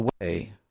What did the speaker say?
away